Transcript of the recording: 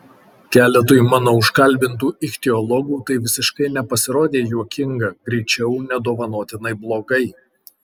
keletui mano užkalbintų ichtiologų tai visiškai nepasirodė juokinga greičiau nedovanotinai blogai